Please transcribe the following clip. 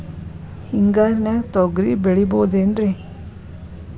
ಹಿಂಗಾರಿನ್ಯಾಗ ತೊಗ್ರಿ ಬೆಳಿಬೊದೇನ್ರೇ?